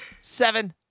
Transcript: Seven